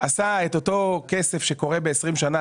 עשה את אותו כסף שקורה ב-20 שנה,